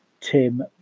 Tim